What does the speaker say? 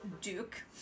Duke